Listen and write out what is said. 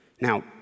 Now